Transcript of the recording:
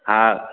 हा